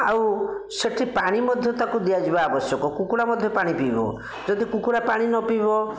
ଆଉ ସେଇଠି ପାଣି ମଧ୍ୟ ତାକୁ ଦିଆଯିବା ଆବଶ୍ୟକ କୁକୁଡ଼ା ମଧ୍ୟ ପାଣି ପିଇବ ଯଦି କୁକୁଡ଼ା ପାଣି ନ ପିଇବ